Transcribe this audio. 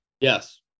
Yes